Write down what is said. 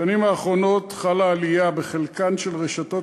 בשנים האחרונות חלה עלייה בחלקן של רשתות